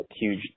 huge